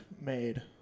made